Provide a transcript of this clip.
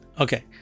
okay